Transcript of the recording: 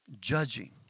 Judging